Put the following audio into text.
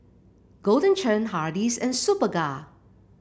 Golden Churn Hardy's and Superga